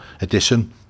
edition